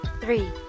Three